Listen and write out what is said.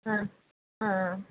ஆ ஆ ஆ